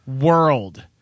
world